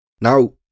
Now